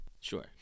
sure